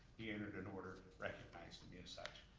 he entered an order recognizing me as such.